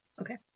Okay